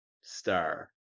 star